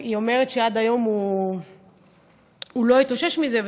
היא אומרת שעד היום הוא לא התאושש מזה.